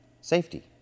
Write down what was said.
safety